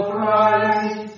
Christ